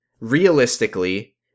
realistically